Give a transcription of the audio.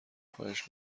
خواهش